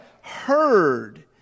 heard